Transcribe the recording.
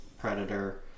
predator